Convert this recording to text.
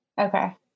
Okay